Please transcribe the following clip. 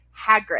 Hagrid